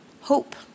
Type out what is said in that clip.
Hope